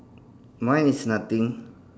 mine is nothing